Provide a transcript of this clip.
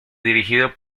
dirigido